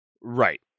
Right